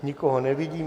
Nikoho nevidím.